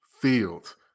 Fields